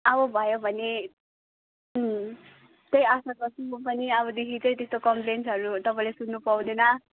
अब भयो भने कोही आफ्नो पर्सनको पनि अबदेखि केही त्यस्तो कम्प्लेन्सहरू तपाईँले सुन्नु पाउँदैन